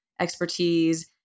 expertise